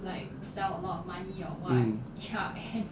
mm